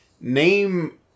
name